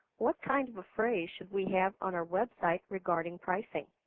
what kind of a phrase should we have on our website regarding pricing